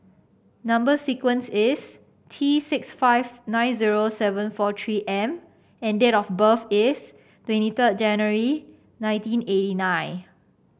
number sequence is T six five nine zero seven four three M and date of birth is twenty third January nineteen eighty nine